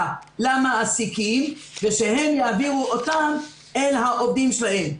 למעסיקים ושהם יעבירו את הכסף לעובדים שלהם.